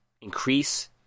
Increase